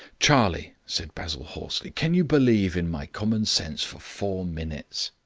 charlie, said basil hoarsely, can you believe in my common sense for four minutes?